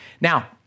Now